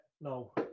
no